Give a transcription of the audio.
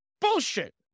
bullshit